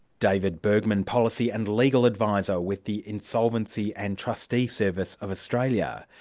david bergman, policy and legal adviser with the insolvency and trustee service of australia.